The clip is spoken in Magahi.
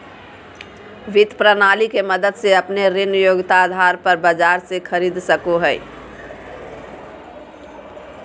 वित्त प्रणाली के मदद से अपने ऋण योग्यता आधार पर बाजार से खरीद सको हइ